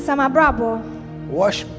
wash